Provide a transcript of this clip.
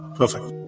perfect